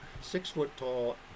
six-foot-tall